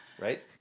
right